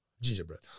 Gingerbread